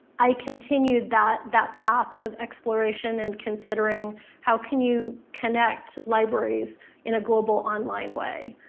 i continued that that path of exploration and considering how can you connect libraries in a global online way.